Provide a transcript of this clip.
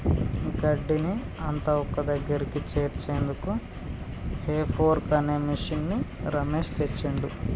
గడ్డిని అంత ఒక్కదగ్గరికి చేర్చేందుకు హే ఫోర్క్ అనే మిషిన్ని రమేష్ తెచ్చిండు